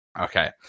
Okay